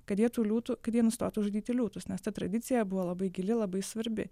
kad jie tų liūtų kad jie nustotų žudyti liūtus nes ta tradicija buvo labai gili labai svarbi